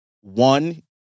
One